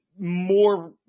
More